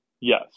Yes